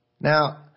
Now